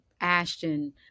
Ashton